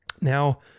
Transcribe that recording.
Now